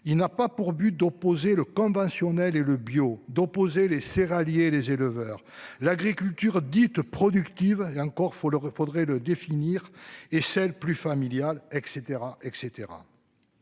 il n'a pas pour but d'opposer le conventionnel et le bio d'opposer les céréaliers et les éleveurs l'agriculture dite productive encore faut l'faudrait le définir et celle plus familiale etc